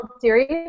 Series